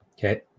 Okay